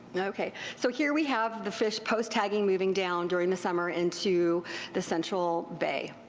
okay, so here we have the fish post tagging moving down during the summer into the central bay.